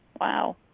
Wow